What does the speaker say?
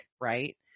right